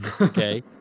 Okay